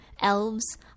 elves